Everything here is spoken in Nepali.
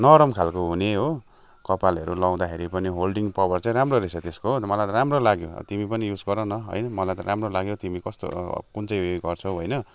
नरम खालको हुने हो कपालहरू लाउँदाखेरि होल्डिङ पवर चाहिँ राम्रो रहेछ त्यसको हो अन्त मलाई त राम्रो लाग्यो तिमी पनि युज गरन है मलाई त राम्रो लाग्यो तिमी कस्तो कुन चाहिँ गर्छौ होइन